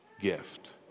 gift